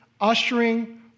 ushering